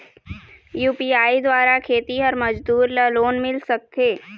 UPI द्वारा खेतीहर मजदूर ला लोन मिल सकथे?